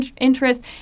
interest